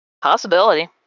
Possibility